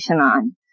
on